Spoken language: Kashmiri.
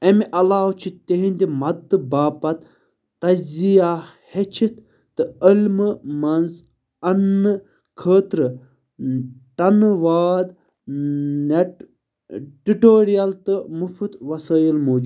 اَمہِ علاوٕ چھِ تِہنٛدِ مدتہٕ باپتھ تجزِیہ ہیٚچھتھ تہٕ عٔلمہٕ منٛز انٛنہٕ خٲطرٕ ٹَنہٕ واد نٮ۪ٹ ٹِٹورِیل تہٕ مُفُت وَسٲیِل موٗجود